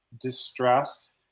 distress